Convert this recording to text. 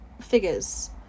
figures